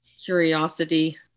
curiosity